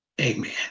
Amen